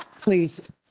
Please